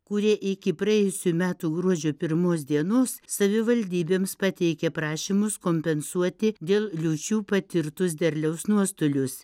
kurie iki praėjusių metų gruodžio pirmos dienos savivaldybėms pateikė prašymus kompensuoti dėl liūčių patirtus derliaus nuostolius